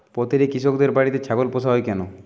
প্রতিটি কৃষকদের বাড়িতে ছাগল পোষা হয় কেন?